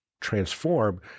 transform